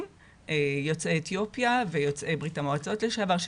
יוצאי אתיופיה ויוצאי ברית המועצות לשעבר,